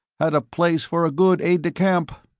had a place for a good aide de camp.